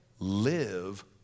Live